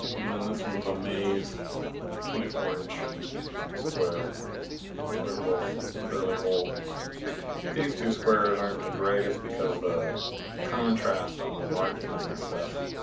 and then this one's a maze twenty-four inch square they're both fairly old two squares aren't the greatest because the contrast on the markings and stuff.